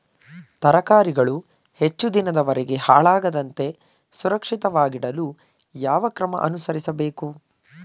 ತರಕಾರಿಗಳು ಹೆಚ್ಚು ದಿನದವರೆಗೆ ಹಾಳಾಗದಂತೆ ಸುರಕ್ಷಿತವಾಗಿಡಲು ಯಾವ ಕ್ರಮ ಅನುಸರಿಸಬೇಕು?